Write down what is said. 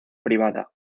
privada